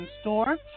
store